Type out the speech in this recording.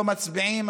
לא מצביעים,